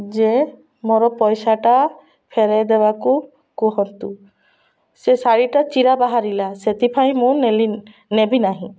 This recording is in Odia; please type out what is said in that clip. ଯେ ମୋର ପଇସାଟା ଫେରାଇ ଦେବାକୁ କୁହନ୍ତୁ ସେ ଶାଢ଼ୀଟା ଚିରା ବାହାରିଲା ସେଥିପାଇଁ ମୁଁ ନେଲିନି ନେବି ନାହିଁ